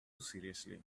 seriously